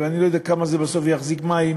אבל אני לא יודע כמה זה בסוף יחזיק מים,